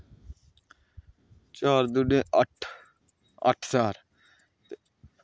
चार दूने अट्ठ अट्ठ ज्हार